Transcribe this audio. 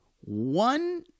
one